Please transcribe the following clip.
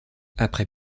après